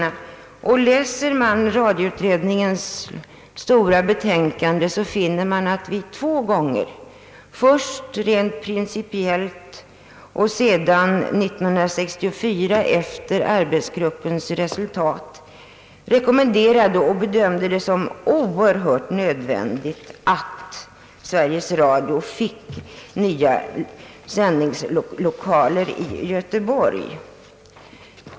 Om man läser radioutredningens stora betänkande finner man att vi två gånger — först rent principiellt 1963 och därefter år 1964, sedan arbetsgruppen lagt fram sina resultat — bedömt det som oerhört nödvändigt att Sveriges Radio i Göteborg fick nya sändningslokaler.